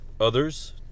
others